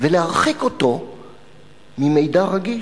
ולהרחיק אותו ממידע רגיש.